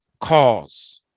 cause